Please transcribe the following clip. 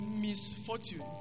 misfortune